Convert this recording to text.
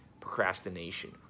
procrastination